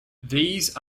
these